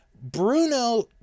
Bruno